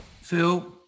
Phil